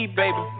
baby